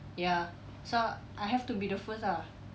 ya so I have to be the first ah